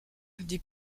dit